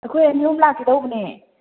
ꯑꯩꯈꯣꯏ ꯑꯅꯤ ꯑꯍꯨꯝ ꯂꯥꯛꯀꯦ ꯇꯧꯕꯅꯦ